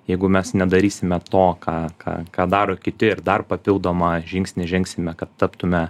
jeigu mes nedarysime to ką ką ką daro kiti ir dar papildomą žingsnį žengsime kad taptume